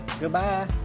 Goodbye